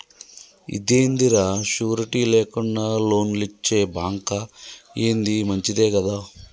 ఇదేందిరా, షూరిటీ లేకుండా లోన్లిచ్చే బాంకా, ఏంది మంచిదే గదా